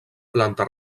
planta